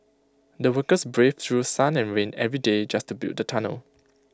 the workers braved through sun and rain every day just to build the tunnel